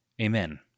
Amen